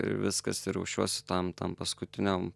ir viskas ir rūšiuosi tam tam paskutiniam